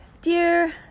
dear